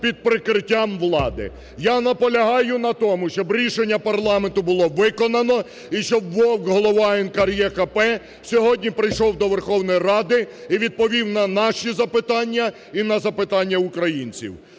під прикриттям влади. Я наполягаю на тому, щоб рішення парламенту виконано, і щоб Вовк, голова НКРЕКП, сьогодні прийшов до Верховної Ради і відповів на наші запитання і на запитання українців.